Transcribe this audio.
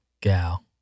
gal